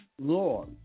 law